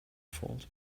fault